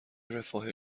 رفاه